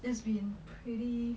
it's been pretty